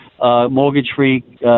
mortgage-free